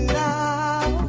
now